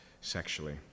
sexually